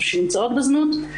או שנמצאות בזנות,